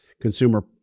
consumer